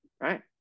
Right